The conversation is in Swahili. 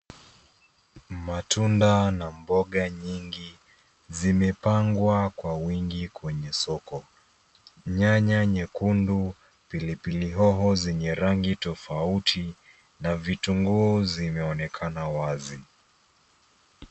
Matunda na mboga nyingi zimepangwa kwa wingi kwenye soko. Nyanya nyekundu, pilipili hoho zenye rangi tofauti na vitunguu zimeonekana wazi.